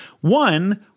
One